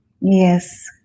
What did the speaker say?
yes